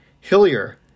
Hillier